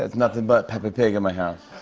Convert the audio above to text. ah nothing but peppa pig in my house.